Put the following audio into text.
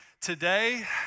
today